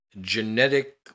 genetic